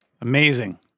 Amazing